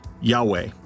Yahweh